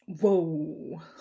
whoa